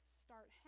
start